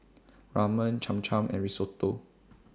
Ramen Cham Cham and Risotto